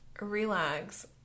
relax